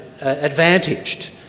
advantaged